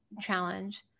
challenge